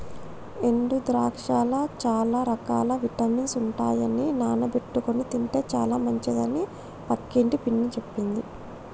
ఎండు ద్రాక్షలల్ల చాల రకాల విటమిన్స్ ఉంటాయట నానబెట్టుకొని తింటే చాల మంచిదట అని పక్కింటి పిన్ని చెప్పింది